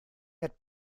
had